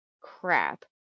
crap